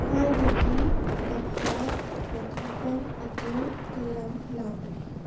ꯈꯨꯋꯥꯏꯗꯒꯤ ꯅꯛꯄ ꯄꯣꯊꯥꯐꯝ ꯑꯗꯨ ꯀꯌꯥꯝ ꯂꯥꯞꯏ